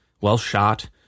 well-shot